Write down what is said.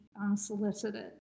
unsolicited